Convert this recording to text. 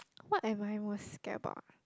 what am I most scared about ah